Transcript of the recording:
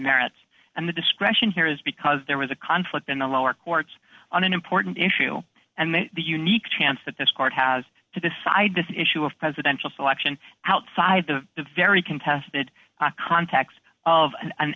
merits and the discretion here is because there was a conflict in the lower courts on an important issue and the unique chance that this court has to decide this issue of presidential selection outside the very contested context of an